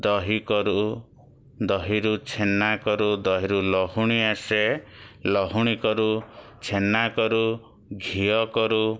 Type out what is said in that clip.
ଦହି କରୁ ଦହିରୁ ଛେନା କରୁ ଦହିରୁ ଲହୁଣୀ ଆସେ ଲହୁଣୀ କରୁ ଛେନା କରୁ ଘିଅ କରୁ